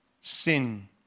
sin